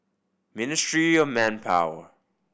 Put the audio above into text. Ministry of Manpower